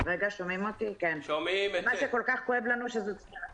כמו שהסוכנים רוצים שיפוי, כמו שההוא רוצה שיפוי.